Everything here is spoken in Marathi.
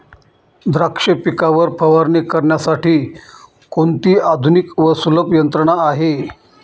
द्राक्ष पिकावर फवारणी करण्यासाठी कोणती आधुनिक व सुलभ यंत्रणा आहे?